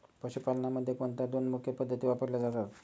पशुपालनामध्ये कोणत्या दोन मुख्य पद्धती वापरल्या जातात?